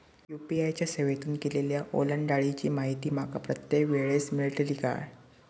UPI च्या सेवेतून केलेल्या ओलांडाळीची माहिती माका प्रत्येक वेळेस मेलतळी काय?